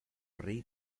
rei